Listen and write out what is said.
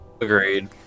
Agreed